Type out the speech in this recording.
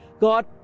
God